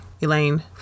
Elaine